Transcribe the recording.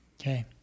Okay